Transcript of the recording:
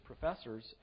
professors